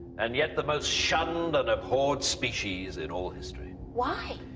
and yet the most shunned and abhorred species in all history. why?